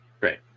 Great